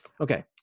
Okay